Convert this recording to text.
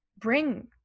Bring